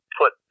put